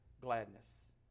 gladness